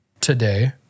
Today